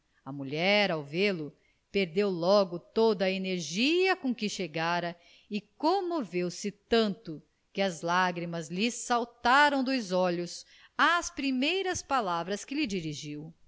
a mulher ao vê-lo perdeu logo toda a energia com que chegara e comoveu se tanto que as lágrimas lhe saltaram dos olhos às primeiras palavras que lhe dirigiu